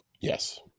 yes